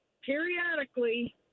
periodically